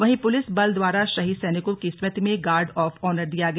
वहीं पुलिस बल द्वारा शहीद सैनिकों की स्मृति में गार्ड ऑफ ऑनर दिया गया